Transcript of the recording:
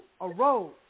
arose